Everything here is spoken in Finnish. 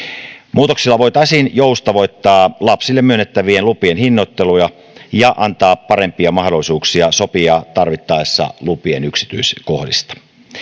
muutoksilla voitaisiin joustavoittaa lapsille myönnettävien lupien hinnoittelua ja ja antaa parempia mahdollisuuksia sopia tarvittaessa lupien yksityiskohdista